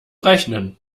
rechnen